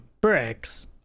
bricks